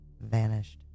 vanished